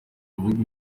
avuga